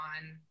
on